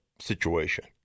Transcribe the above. situation